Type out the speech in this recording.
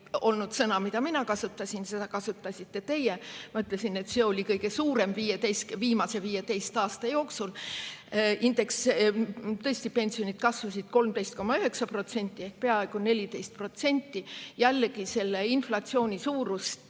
olnud sõna, mida mina kasutasin, seda kasutasite teie. Ma ütlesin, et see oli kõige suurem viimase 15 aasta jooksul. Tõesti, pensionid kasvasid 13,9% ehk peaaegu 14%. Jällegi, inflatsiooni suurust